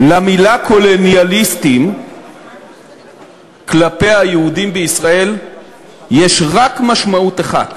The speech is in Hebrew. למילה קולוניאליסטים כלפי היהודים בישראל יש רק משמעות אחת: